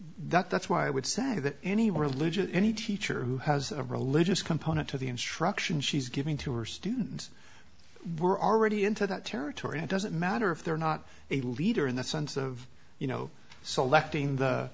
that that's why i would say that any religion any teacher has a religious component to the instruction she's given to her students were already into that territory it doesn't matter if they're not a leader in the sense of you know selecting the